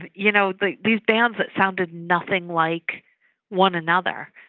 and you know like these bands that sounded nothing like one another.